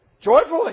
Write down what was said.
Joyfully